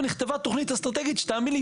ונכתבה תוכנית אסטרטגית שתאמין לי,